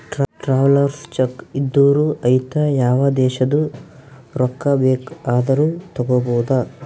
travellers cheque ಇದ್ದೂರು ಐಯ್ತ ಯಾವ ದೇಶದು ರೊಕ್ಕಾ ಬೇಕ್ ಆದೂರು ತಗೋಬೋದ